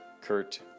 Kurt